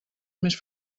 més